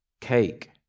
cake